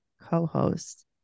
co-host